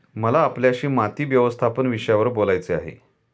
मला आपल्याशी माती व्यवस्थापन विषयावर बोलायचे आहे